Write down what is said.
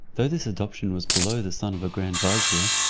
though this adoption was below the son of a grand vizier,